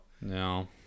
no